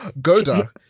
Goda